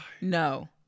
No